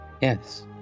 Yes